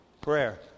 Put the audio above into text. Prayer